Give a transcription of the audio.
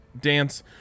dance